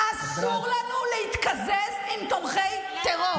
אסור לנו להתקזז עם תומכי טרור.